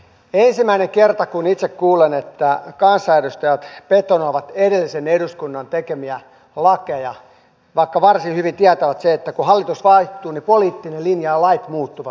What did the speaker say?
ensimmäinen kerta kun itse kuulen että kansanedustajat betonoivat edellisen eduskunnan tekemiä lakeja vaikka varsin hyvin tietävät sen että kun hallitus vaihtuu niin poliittinen linja ja lait muuttuvat